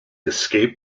escape